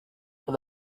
for